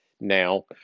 now